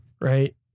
right